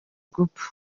gupfa